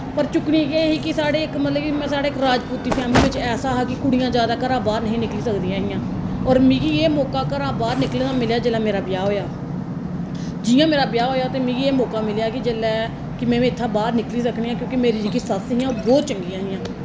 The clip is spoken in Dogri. पर चुक्कनी केह् ही कि साढ़े इक मतलब कि साढ़े इक राजपूती फैमली बिच्च ऐसा हा कि कुड़ियां जादै घरा बाहर निं हियां निकली सकदियां ऐ हियां होर मिगी एह् मौका मिगी घरा बाह्र निकलने दा थ्होएआ जदूं मेरा ब्याह् होएआ जियां मेरा ब्याह् होएआ ते मिगी एह् मौका मिलेआ कि जेल्लै के में बी इत्थां बाहर निकली सकनी आं क्योंकि जेह्ड़ी मेरी सस्स हियां ओह् बौह्त चंगियां हियां